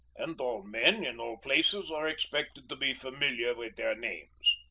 and all men in all places are expected to be familiar with their names.